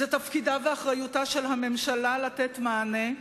תפקידה ואחריותה של הממשלה לתת מענה,